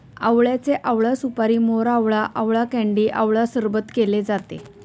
आवळ्याचे आवळा सुपारी, मोरावळा, आवळा कँडी आवळा सरबत केले जाते